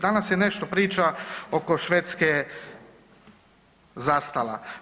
Danas je nešto priča oko Švedske zastala.